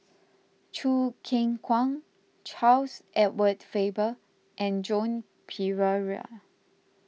Choo Keng Kwang Charles Edward Faber and Joan Pereira